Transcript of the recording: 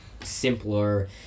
simpler